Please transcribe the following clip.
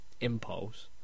Impulse